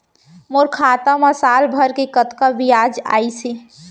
मोर खाता मा साल भर के कतका बियाज अइसे?